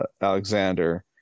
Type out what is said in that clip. Alexander